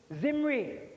Zimri